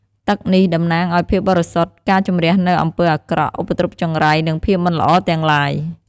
ទឹកនេះតំណាងឲ្យភាពបរិសុទ្ធ ការជម្រះនូវអំពើអាក្រក់ ឧបទ្រពចង្រៃ និងភាពមិនល្អទាំងឡាយ។